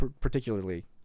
particularly